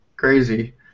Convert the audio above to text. crazy